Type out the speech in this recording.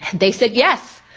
they said yes.